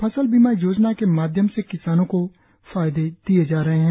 फसल बीमा योजना के माध्यम से किसानों को फायदे दिये जा रहे हैं